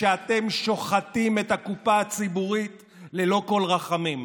כשאתם שוחטים את הקופה הציבורית ללא כל רחמים.